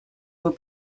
will